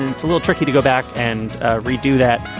it's a little tricky to go back and redo that.